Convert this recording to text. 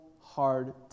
hard